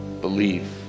believe